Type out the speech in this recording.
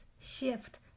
shift